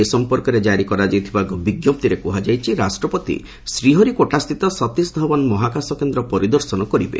ଏ ସମ୍ପର୍କରେ କାରି କରାଯାଇଥିବା ଏକ ବିଞ୍ଘପ୍ତିରେ କୃହାଯାଇଛି ରାଷ୍ଟପତି ଶ୍ରୀହରିକୋଟାସ୍ଥିତ ସତୀଶ୍ ଧାଓୁନ୍ ମହାକାଶ କେନ୍ଦ୍ର ପରିଦର୍ଶନ କରିବେ